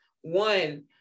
One